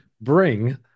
bring